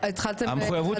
החריג.